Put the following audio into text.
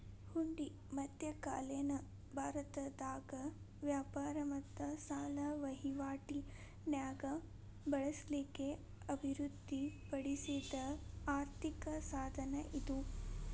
ಹುಂಡಿ ಮಧ್ಯಕಾಲೇನ ಭಾರತದಾಗ ವ್ಯಾಪಾರ ಮತ್ತ ಸಾಲ ವಹಿವಾಟಿ ನ್ಯಾಗ ಬಳಸ್ಲಿಕ್ಕೆ ಅಭಿವೃದ್ಧಿ ಪಡಿಸಿದ್ ಆರ್ಥಿಕ ಸಾಧನ ಇದು